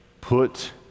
Put